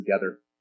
together